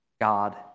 God